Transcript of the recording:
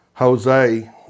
Jose